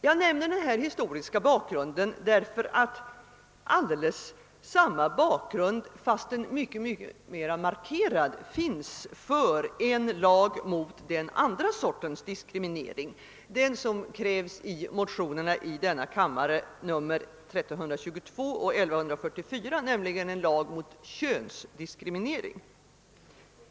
Jag nämner denna historiska bakgrund därför att en liknande bakgrund, fastän mycket mera markerad, finns för en lag mot den andra sortens diskriminering, den lag som krävs i motionerna 11: 1322 och II: 1144, nämligen en lag mot könsdiskriminering.